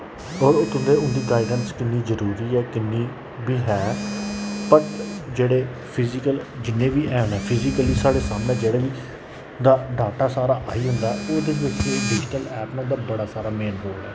और तुंदी ओह्दी गाईडेंस किन्नी जरुरी ऐ किन्नी बी ऐ पर जेह्ड़े फिजिकल जिन्नें बी हैन फिजिकली साढ़े सामनै जेह्ड़े वी उंदा डाटा सारा आई जंदा ओह्दे विच डिजिटल ऐप बड़ा सारा मेन रोल ऐ